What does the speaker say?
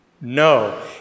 No